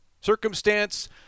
circumstance